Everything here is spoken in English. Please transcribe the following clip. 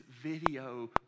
video